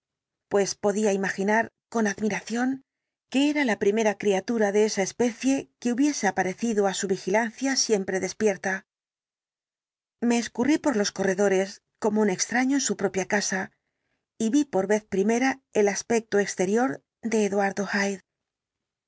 pues podía imaginar con admiración que era la primera criatura de esa especie que hubiese aparecido á su vigilancia siempre despierta me escurrí por los corredores como un extraño en su propia casa y vi por vez primera el aspecto exterior de eduardo